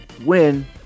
win